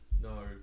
no